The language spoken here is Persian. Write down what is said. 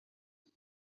بزار